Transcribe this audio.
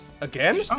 Again